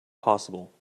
possible